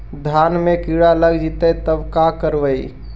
धान मे किड़ा लग जितै तब का करबइ?